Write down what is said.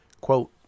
Quote